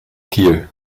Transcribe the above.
kiel